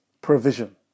provision